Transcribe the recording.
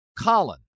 colin